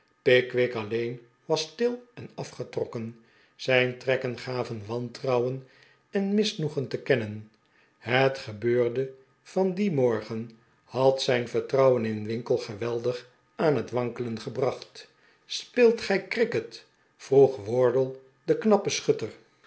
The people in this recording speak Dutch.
pickwick alleen was stil en afgetrokken zijn trekken gaven wantrouwen en misnoegen te kennen het gebeurde van dien morgen had zijn vertrouwen in winkle geweldig aan het wahkelen gebracht speelt gij cricket l vroeg wardle den knappen schutter